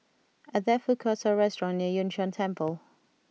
are there food courts or restaurants near Yun Shan Temple